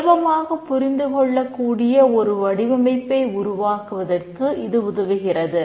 சுலபமாக புரிந்து கொள்ளக் கூடிய ஒரு வடிவமைப்பை உருவாக்குவதற்கு இது உதவுகிறது